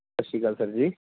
ਸਤਿ ਸ਼੍ਰੀ ਅਕਾਲ ਸਰ ਜੀ